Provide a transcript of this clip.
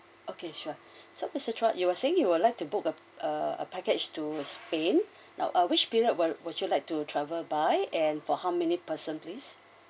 okay sure so mister chua you were saying you would like to book a a package to spain now uh which period would would you like to travel by and for how many person please